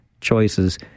choices